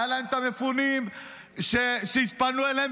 היו להם המפונים שהתפנו אליהם,